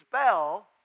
spell